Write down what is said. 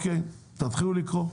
תתחילו לקרוא.